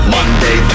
Monday